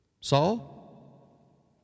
Saul